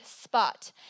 spot